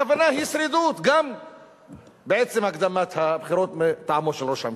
הכוונה היא שרידות גם בעצם הקדמת הבחירות מטעמו של ראש הממשלה.